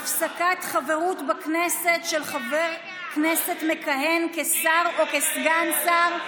(הפסקת חברות בכנסת של חבר הכנסת המכהן כשר או כסגן שר),